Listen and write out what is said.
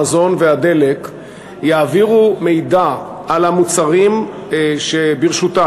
המזון והדלק יעבירו מידע על המוצרים שברשותן,